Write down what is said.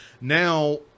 Now